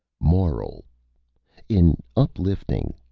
moral in uplifting,